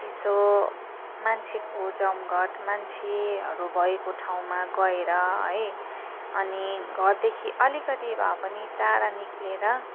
यसो मान्छेको जमघट मान्छेहरू भएको ठाउँमा गएर है अनि घरदेखि अलिकति भए पनि टाढा निक्लिएर